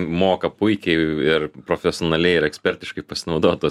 moka puikiai ir profesionaliai ir ekspertiškai pasinaudot tuos